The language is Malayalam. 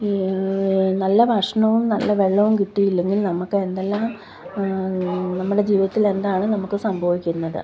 ഈ നല്ല ഭക്ഷണവും നല്ല വെള്ളവും കിട്ടിയില്ലെങ്കിൽ നമുക്ക് എന്തെല്ലാം നമ്മുടെ ജീവിതത്തിലെന്താണ് നമുക്ക് സംഭവിക്കുന്നത്